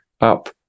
up